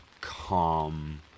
calm